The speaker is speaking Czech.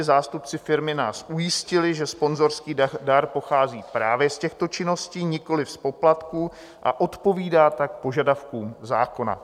Zástupci firmy nás ujistili, že sponzorský dar pochází právě z těchto činností, nikoliv z poplatků, a odpovídá tak požadavkům zákona.